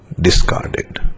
discarded